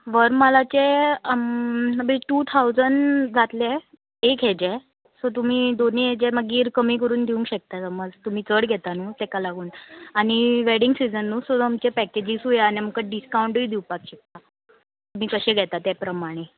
वरमालाचे two thousand जातले एक हेजे सो तुमी दोनी हेजे मागीर कमी करून दिवंक शकता समज तुमी चड घेता न्हू तेका लागून आनी वॅडींग सिजन न्हू सो आमचे पॅकेजीसूय आसा आनी आमकां डिस्काउंटूय दिवपाक शकता तुमी कशें घेता त्या प्रमाणे